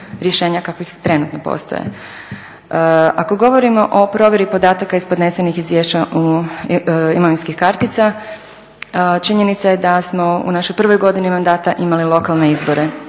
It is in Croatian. kakvih trenutno postoje. Ako govorimo o provjeri podataka iz podnesenih izvješća imovinskih kartica, činjenica je da smo u našoj prvoj godini mandata imali lokalne izbore.